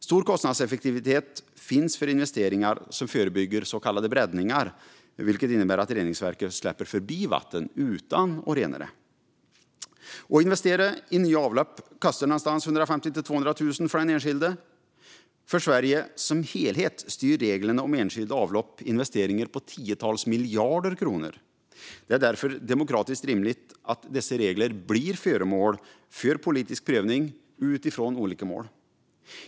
Stor kostnadseffektivitet finns för investeringar som förebygger så kallade bräddningar, vilket innebär att reningsverket släpper förbi vattnet utan att rena det. Att investera i nya avlopp kostar 150 000-200 000 kronor för den enskilde. För Sverige som helhet styr reglerna om enskilda avlopp investeringar på tiotals miljarder kronor. Det är därför demokratiskt rimligt att dessa regler blir föremål för politisk prövning utifrån olika mål.